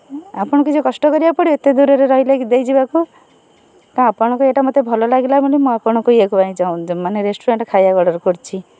ଆପଣ କିଛି କଷ୍ଟ କରିବାକୁ ପଡ଼ିବ ଏତେ ଦୂରରେ ରହିଲେ କି ଦେଇ ଯିବାକୁ ତ ଆପଣଙ୍କ ଏଇଟା ମୋତେ ଭଲ ଲାଗିଲା ବୋଲି ମୁଁ ଆପଣଙ୍କୁ ଇଏ ପାଇଁ ଚାହୁଁଛି ମାନେ ରେଷ୍ଟୁରାଣ୍ଟ୍ରୁ ଖାଇବାକୁ ଅର୍ଡ଼ର୍ କରିଛି